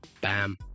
bam